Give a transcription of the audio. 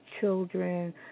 children